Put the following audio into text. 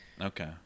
Okay